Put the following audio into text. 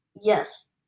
Yes